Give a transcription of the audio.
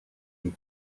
eux